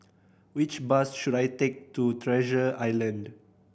which bus should I take to Treasure Island